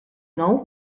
nou